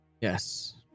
Yes